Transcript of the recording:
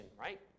right